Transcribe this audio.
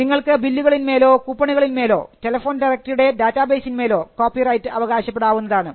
നിങ്ങൾക്ക് ബില്ലുകളിന്മേലോ കൂപ്പണുകളിന്മേലോ ടെലഫോൺ ഡയറക്ടറിയുടെ ഡാറ്റാബേസിന്മേലോ കോപ്പിറൈറ്റ് അവകാശപ്പെടാവുന്നതാണ്